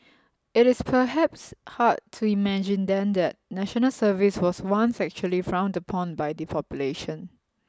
it is perhaps hard to imagine then that National Service was once actually frowned upon by the population